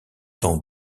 dans